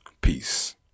peace